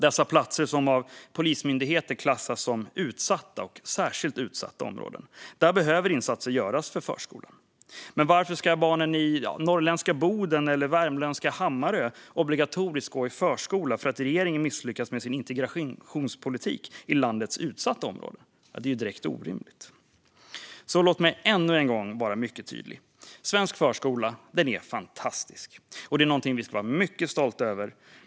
I områden som av Polismyndigheten klassas som utsatta och särskilt utsatta behöver insatser göras för förskolan. Men varför ska barnen i norrländska Boden eller värmländska Hammarö gå i obligatorisk förskola för att regeringen misslyckats med sin integrationspolitik i landets utsatta områden? Det är direkt orimligt. Låt mig därför än en gång vara mycket tydlig: Svensk förskola är fantastisk och någonting som vi ska vara mycket stolta över.